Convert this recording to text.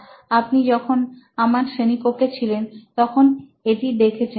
আপনি যখন আমার শ্রেণীকক্ষে ছিলেন তখন এটি দেখেছেন